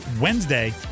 Wednesday